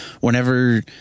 whenever